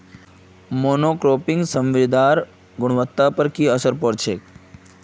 monocropping स मृदार गुणवत्ता पर की असर पोर छेक